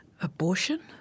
Abortion